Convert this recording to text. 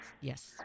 Yes